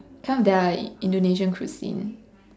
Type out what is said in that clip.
some of their Indonesian cuisine